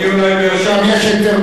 שם יש היתר